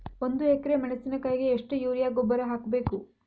ಒಂದು ಎಕ್ರೆ ಮೆಣಸಿನಕಾಯಿಗೆ ಎಷ್ಟು ಯೂರಿಯಾ ಗೊಬ್ಬರ ಹಾಕ್ಬೇಕು?